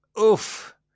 oof